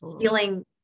feeling